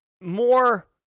more